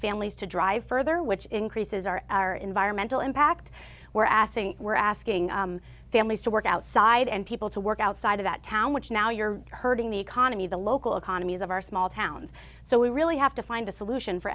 families to drive further which increases are our environmental impact we're asking we're asking families to work outside and people to work outside of that town which now you're hurting the economy the local economies of our small towns so we really have to find a solution for